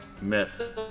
miss